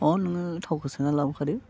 अ' नोङो थावखौ सोना लाबोखादो